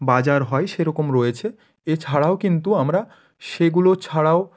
বাজার হয় সেরকম রয়েছে এছাড়াও কিন্তু আমরা সেগুলো ছাড়াও